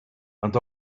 and